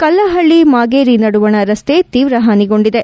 ಕಲ್ಲಹಳ್ಳಿ ಮಾಗೇರಿ ನಡುವಣ ರಸ್ತೆ ತೀವ್ರ ಹಾನಿಗೊಂಡಿದೆ